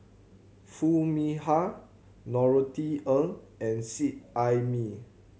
Foo Mee Har Norothy Ng and Seet Ai Mee